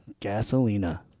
Gasolina